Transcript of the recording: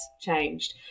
changed